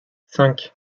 cinq